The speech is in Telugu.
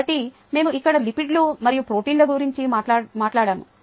కాబట్టి మేము ఇక్కడ లిపిడ్లు మరియు ప్రోటీన్ల గురించి మాట్లాడాము